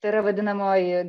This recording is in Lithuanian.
tai yra vadinamoji